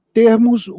Termos